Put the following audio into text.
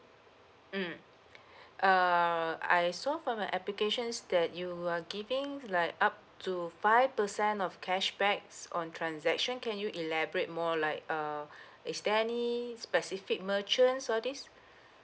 mm err I saw from your applications that you are giving like up to five percent of cashbacks on transaction can you elaborate more like uh is there any specific merchants all this